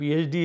PhD